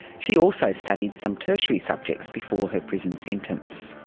she also studied some tertiary subjects before her prison sentence.